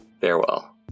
Farewell